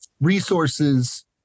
resources